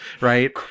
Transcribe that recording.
right